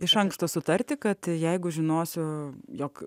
iš anksto sutarti kad jeigu žinosiu jog